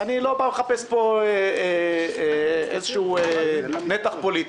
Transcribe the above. אני לא בא לחפש פה איזשהו נתח פוליטי,